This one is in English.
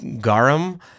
garum